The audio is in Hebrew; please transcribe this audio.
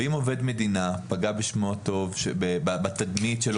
ואם עובד מדינה פגע בתדמית של אותה מדינה.